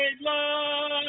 love